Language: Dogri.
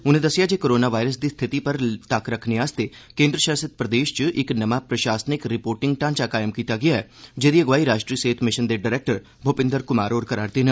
उनें दस्सेआ जे कोरोना वायरस दी स्थिति पर तक्क रक्खने आस्तै केन्द्र शासित प्रदेश च इक नमां प्रशासनिक रिपोर्टिंग ढांचा कायम कीता गेआ ऐ जेह्दी अगुवाई राष्ट्री सेह्त मिशन दे डरैक्टर भूपिंदर कुमार होर करा'रदे न